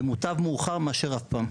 ומוטב מאוחר מאשר אף פעם,